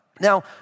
Now